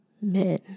men